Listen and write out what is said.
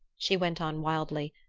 she went on wildly,